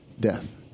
death